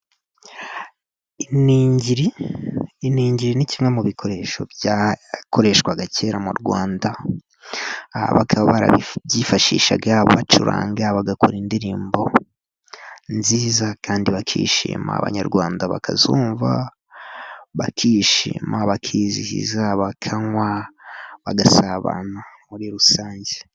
Iningiri, iningiri ni kimwe mu bikoresho byakoreshwaga kera mu Rwanda. Bakaba barabyifashishaga bacuranga, bagakora indirimbo nziza kandi bakishima, abanyarwanda bakazumva bakishima, bakizihiza, bakanywa, bagasabana muri rusange.